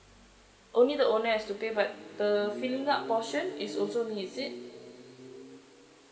only the owner has to pay but the filling up portion is also me is it